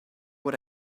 what